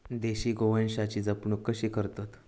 देशी गोवंशाची जपणूक कशी करतत?